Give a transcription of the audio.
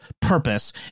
purpose